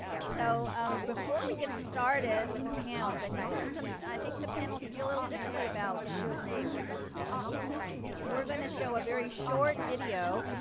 so and before we get started with the panel, because i think there are some i think the panelists feel a little differently about should naep go to college we're going to show a very short video.